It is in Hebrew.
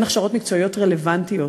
אין הכשרות מקצועיות רלוונטיות,